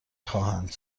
خواهند